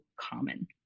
common